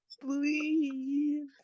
Please